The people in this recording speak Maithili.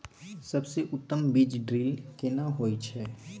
सबसे उत्तम बीज ड्रिल केना होए छै?